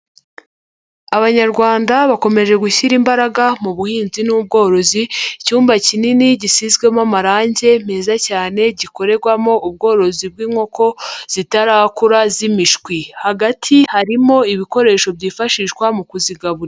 Abanyarwanda bakomeje gushyira imbaraga mu buhinzi n'ubworozi, icyumba kinini gisizwemo amarangi meza cyane gikorerwamo ubworozi bw'inkoko, zitarakura z'imishwi. Hagati harimo ibikoresho byifashishwa mu kuzigaburira.